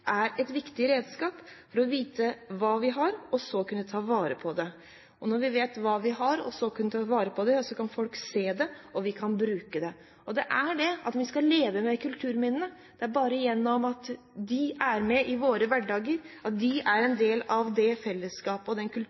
er viktig for å vite hva vi har, og for å kunne ta vare på det. Og når vi vet hva vi har, og så kan ta vare på det, kan folk se det og bruke det. Vi skal leve med kulturminnene, og ved at de er med i vår hverdag, er de en del av vårt fellesskap, vår kultur og